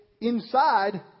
inside